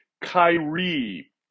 Kyrie